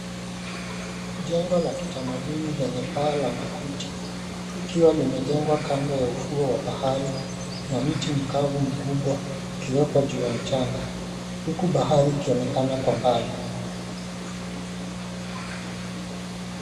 Jengo la kitamaduni lenye paa la makuti, likiwa limejengwa kando ya ufuo wa bahari na mti mkavu mkubwa ukiweko juu ya mchanga huku bahari ikionekana kwa mbali.